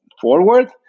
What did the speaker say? forward